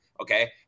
Okay